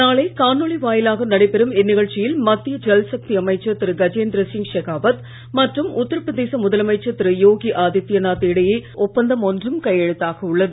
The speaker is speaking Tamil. நாளை காணொளி வாயிலாக நடைபெறும் இந்நிகழ்ச்சியில் மத்திய ஜல்சக்தி அமைச்சர் திரு கஜேந்திர சிங் ஷெகாவத் மற்றும் உத்தரபிரதேச முதலமைச்சர் திரு யோகி ஆதித்ய நாத் இடையே ஒப்பந்தம் ஒன்றும் கையெழுத்தாக உள்ளது